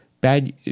bad